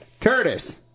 Curtis